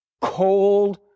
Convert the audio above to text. cold